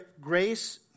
grace